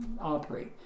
operate